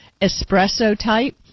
espresso-type